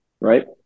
right